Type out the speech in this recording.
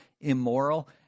immoral